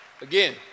Again